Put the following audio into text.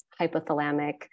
hypothalamic